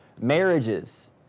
marriages